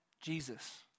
Jesus